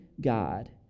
God